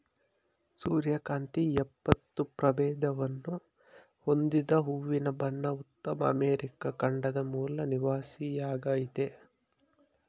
ಸೂರ್ಯಕಾಂತಿ ಎಪ್ಪತ್ತು ಪ್ರಭೇದವನ್ನು ಹೊಂದಿದ ಹೂವಿನ ಬಣ ಉತ್ತರ ಅಮೆರಿಕ ಖಂಡದ ಮೂಲ ನಿವಾಸಿಯಾಗಯ್ತೆ